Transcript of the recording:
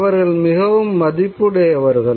அவர்கள் மிகவும் மதிப்புடையவர்கள்